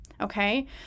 okay